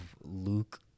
Luke